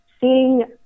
seeing